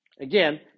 Again